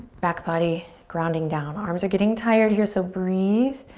back body grounding down. arms are getting tired here so breathe.